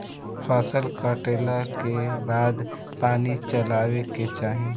फसल कटले के बाद पानी चलावे के चाही